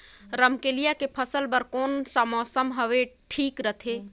रमकेलिया के फसल बार कोन सा मौसम हवे ठीक रथे?